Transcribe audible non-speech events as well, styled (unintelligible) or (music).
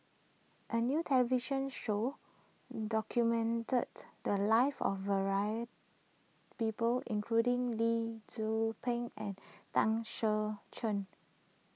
a new television show documented the lives of (unintelligible) people including Lee Tzu Pheng and Tan Ser Cher